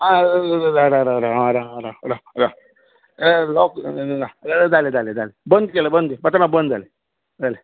आ राव राव आ आ ए लॉक आ जालें जालें पात्रांव बंद जालें